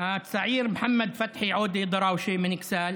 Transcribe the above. הצעיר מחמד פתחי עודה דראושה מאכסאל